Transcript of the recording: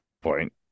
point